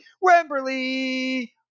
Wembley